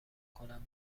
کنم